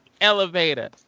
elevator